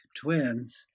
twins